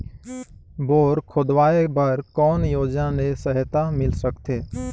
Bore खोदवाय बर कौन योजना ले सहायता मिल सकथे?